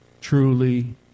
truly